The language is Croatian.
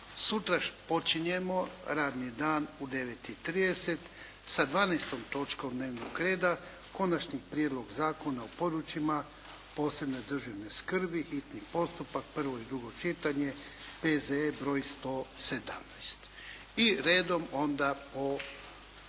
Sutra počinjemo radni dan u 9,30 sati sa 12. točkom dnevnog reda Konačni prijedlog zakona o područjima posebne državne skrbi, hitni postupak, prvo i drugo čitanje, P.Z.E. br. 117, i redom onda po